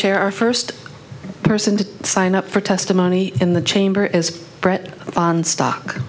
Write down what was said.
chair a first person to sign up for testimony in the chamber is brett on stock